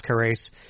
race